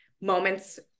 moments